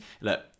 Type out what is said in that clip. Look